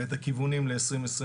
ואת הכיוונים ל-2022,